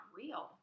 real